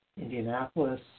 Indianapolis